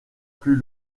plus